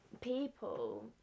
people